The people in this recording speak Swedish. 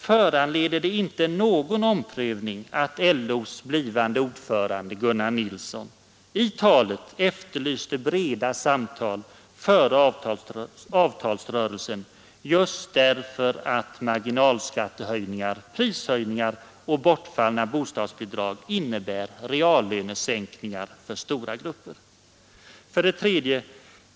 Föranleder det inte någon omprövning att LO:s blivande ordförande, Gunnar Nilsson, i sitt tal nyligen efterlyste breda samtal före avtalsrörelsen just därför att marginalskattehöjningar, prishöjningar och bortfallna bostadsbidrag innebär reallönesänkningar för stora grupper? 3.